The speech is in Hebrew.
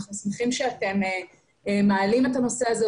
אנחנו שמחים שאתם מעלים את הנושא הזה,